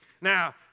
Now